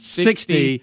sixty